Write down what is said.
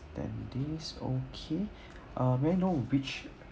ten days okay uh may I know which